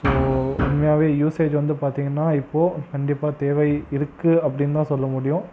so உண்மையாகவே usage வந்து பார்த்திங்கன்னா இப்போ கண்டிப்பாக தேவை இருக்கு அப்படின்தான் சொல்ல முடியும்